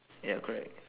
ya correct